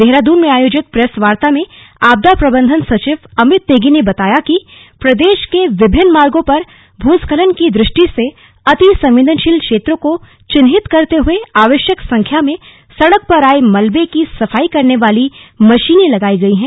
देहरादून में आयोजित प्रेस वार्ता में आपदा प्रबंधन सचिव अमित नेगी ने बताया कि प्रदेश के विभिन्न मार्गो पर भूस्खलन की दृष्टि से अति संवेदनशील क्षेत्रों को चिन्हित करते हए आवश्यक संख्या में सड़क पर आए मलवे की सफाई करने वाली मशीनें लगाई गई हैं